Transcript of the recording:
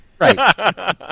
Right